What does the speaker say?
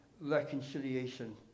reconciliation